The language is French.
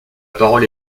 parole